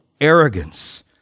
arrogance